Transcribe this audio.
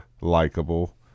likable